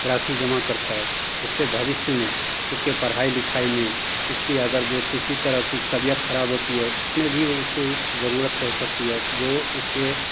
राशि जमा करता है उससे भविष्य में उसके पढ़ाई लिखाई में उसकी अगर जो किसी तरह की तबीयत ख़राब होती है उस में भी उसको ज़रूरत हो सकती है जो उसके